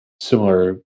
similar